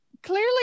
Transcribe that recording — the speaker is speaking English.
Clearly